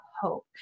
hope